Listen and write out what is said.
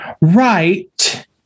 right